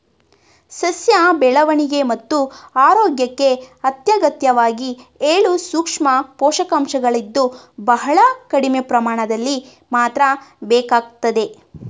ಸಸ್ಯ ಬೆಳವಣಿಗೆ ಮತ್ತು ಆರೋಗ್ಯಕ್ಕೆ ಅತ್ಯಗತ್ಯವಾಗಿ ಏಳು ಸೂಕ್ಷ್ಮ ಪೋಷಕಾಂಶಗಳಿದ್ದು ಬಹಳ ಕಡಿಮೆ ಪ್ರಮಾಣದಲ್ಲಿ ಮಾತ್ರ ಬೇಕಾಗ್ತದೆ